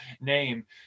name